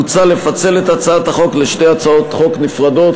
מוצע לפצל את הצעת החוק לשתי הצעות חוק נפרדות,